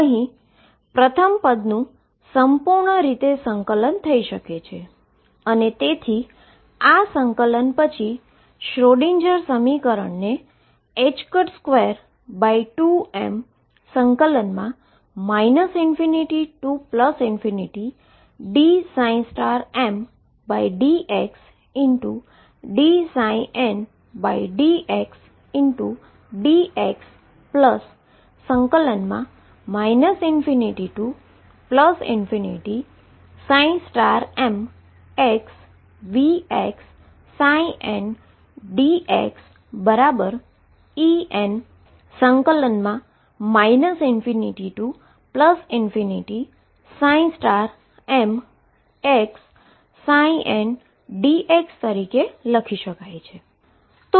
અહી પ્રથમ પદનું સંપૂર્ણ રીતે ઈન્ટીગ્રેશન થઈ શકે છે અને તેથી આ ઈન્ટીગ્રેશન પછી શ્રોડિંજરSchrödingerસમીકરણને 22m ∞dmdxdndxdx ∞mVxndx En ∞mndx રીતે લખી શકાય છે